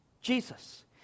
Jesus